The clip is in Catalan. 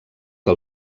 que